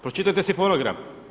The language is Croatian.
Pročitajte si fonogram.